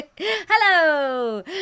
Hello